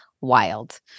wild